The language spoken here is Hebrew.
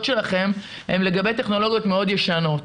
שלכם הם לגבי טכנולוגיות מאד ישנות.